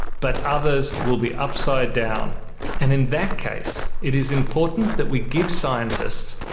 but others will be upside down and in that case it is important that we give scientists,